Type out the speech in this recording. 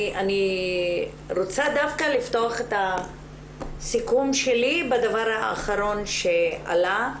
אני רוצה דווקא לפתוח את הסיכום שלי בדבר האחרון שעלה,